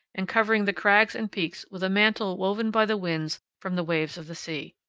and covering the crags and peaks with a mantle woven by the winds from the waves of the sea.